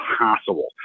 impossible